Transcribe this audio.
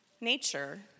nature